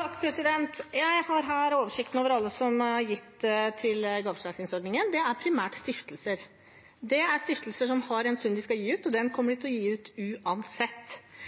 Jeg har her oversikten over alle som har gitt til gaveforsterkningsordningen. Det er primært stiftelser. Det er stiftelser som har en sum de skal gi ut, og den kommer de til å gi ut uansett.